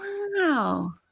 Wow